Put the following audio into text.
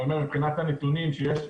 מבחינת הנתונים שיש,